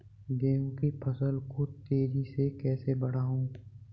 गेहूँ की फसल को तेजी से कैसे बढ़ाऊँ?